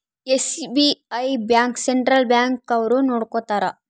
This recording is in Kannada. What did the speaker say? ಎಸ್.ಬಿ.ಐ ಬ್ಯಾಂಕ್ ಸೆಂಟ್ರಲ್ ಬ್ಯಾಂಕ್ ಅವ್ರು ನೊಡ್ಕೋತರ